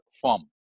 form